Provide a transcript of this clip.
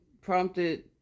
prompted